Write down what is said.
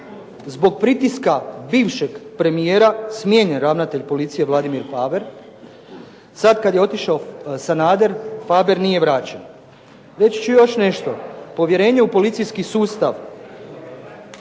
zbog pritiska bivšeg premijera smijenjen ravnatelj policije Vladimir Faber. Sad kad je otišao Sanader, Faber nije vraćen. Reći ću još nešto, povjerenje u policijski sustav